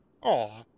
Aw